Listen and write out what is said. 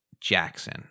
Jackson